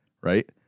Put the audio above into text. right